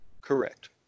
Correct